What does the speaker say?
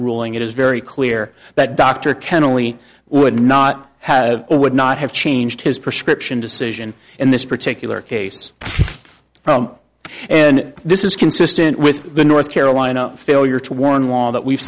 ruling it is very clear that dr kenneally would not have or would not have changed his prescription decision in this particular case and this is consistent with the north carolina failure to warn law that we've